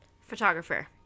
Photographer